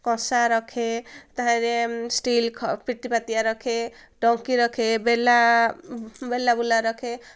କଂସା ରଖେ ତାହେରେ ଷ୍ଟିଲ୍ ପିଠାପାତିଆ ରଖେ ଡଙ୍କି ରଖେ ବେଲା ବେଲା ବୁଲା ରଖେ